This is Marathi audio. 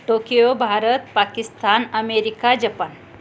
Tokyo Bharat Pakistan America Japan